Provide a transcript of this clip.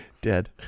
Dead